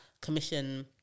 commission